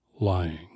lying